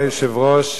אדוני היושב-ראש,